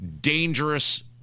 dangerous